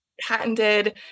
patented